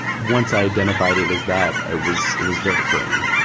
once i identified it as that, i was, it was very freeing.